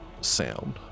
sound